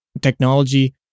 technology